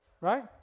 Right